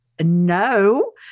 no